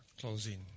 closing